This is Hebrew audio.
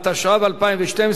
התשע"ב 2012,